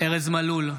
ארז מלול,